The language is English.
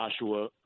Joshua